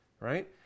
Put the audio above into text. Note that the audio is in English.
right